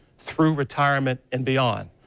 through retirement and beyond.